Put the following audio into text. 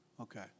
Okay